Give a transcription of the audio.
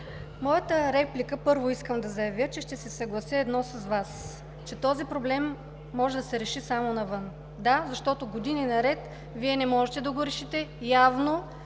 Ангелова, първо, искам да заявя, че ще се съглася едно с Вас, че този проблем може да се реши само навън. Да, защото години наред Вие не можете да го решите. Явно